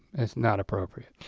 it's not appropriate.